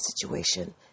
situation